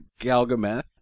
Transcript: Galgameth